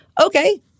okay